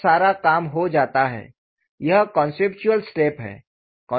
तब सारा काम हो जाता है यह कॉन्सेप्टचुअल स्टेप है